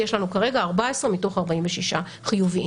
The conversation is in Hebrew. יש לנו כרגע 14 מתוך 46 חיוביים.